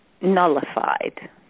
nullified